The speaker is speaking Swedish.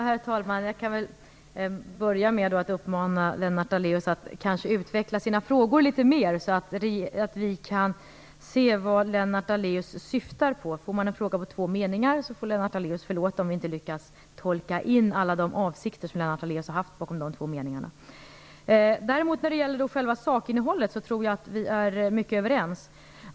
Herr talman! Jag kan väl börja med att uppmana Lennart Daléus att utveckla sina frågor litet mer så att vi kan se vad Lennart Daléus syftar på. Får man en fråga på två meningar, får Lennart Daléus förlåta om vi inte lyckas tolka in alla de avsikter som han har haft bakom dessa två meningar. När det gäller själva sakinnehållet tror jag att vi är överens.